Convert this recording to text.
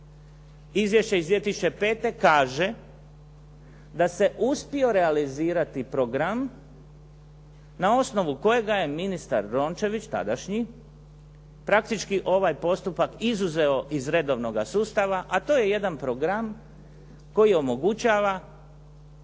Izvješće iz 2005. kaže da se uspio realizirati program na osnovu kojega je ministar Rončević, tadašnji, praktički ovaj postupak izuzeo iz redovnoga sustava, a to je jedan program koji omogućava